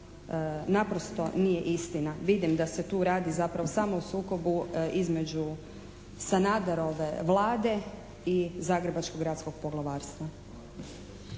naprosto nije istina. Vidim da se tu zapravo radi samo o sukobu između Sanaderove vlade i Zagrebačkog gradskog poglavarstva.